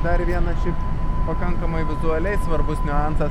dar vienas šiaip pakankamai vizualiai svarbus niuansas